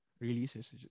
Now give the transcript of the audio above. releases